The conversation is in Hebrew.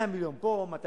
100 מיליון פה, 200